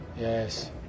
Yes